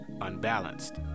unbalanced